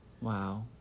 Wow